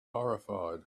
horrified